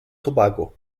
tobago